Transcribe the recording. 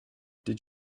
did